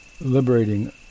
liberating